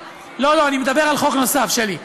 לא לא, אני מדבר על חוק נוסף, שלי.